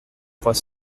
trois